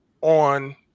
on